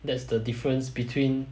that's the difference between